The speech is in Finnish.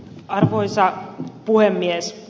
arvoisa puhemies